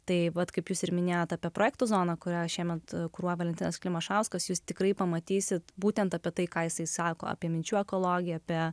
tai vat kaip jūs ir minėjote apie projekto zoną kurią šiemet kuruoja valentinas klimašauskas jūs tikrai pamatysite būtent apie tai ką jisai sako apie minčių ekologiją apie